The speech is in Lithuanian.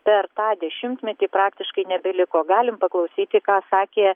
per tą dešimtmetį praktiškai nebeliko galim paklausyti ką sakė